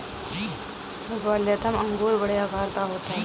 Waltham अंगूर बड़े आकार का होता है